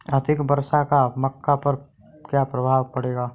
अधिक वर्षा का मक्का पर क्या प्रभाव पड़ेगा?